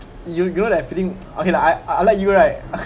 you you would have feeling okay lah I I like you right